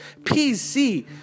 PC